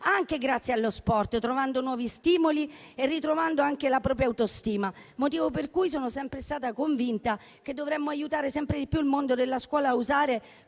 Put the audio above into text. anche grazie allo sport, trovando nuovi stimoli e ritrovando anche la propria autostima. Per questo motivo sono sempre stata convinta che dovremmo aiutare il mondo della scuola a usare